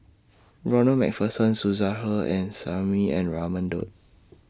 Ronald MacPherson Suzairhe Sumari and Raman Daud